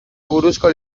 buruzko